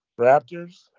Raptors